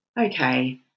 okay